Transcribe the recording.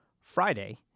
Friday